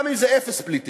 גם אם זה אפס פליטים.